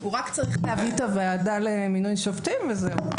הוא רק צריך לכנס את הוועדה למינוי שופטים וזהו.